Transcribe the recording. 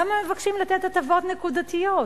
למה מבקשים לתת הטבות נקודתיות?